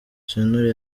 sentore